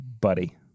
Buddy